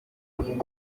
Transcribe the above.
polisi